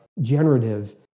generative